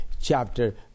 chapter